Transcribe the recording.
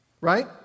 right